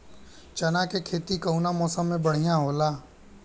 चना के खेती कउना मौसम मे बढ़ियां होला?